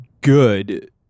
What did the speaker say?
good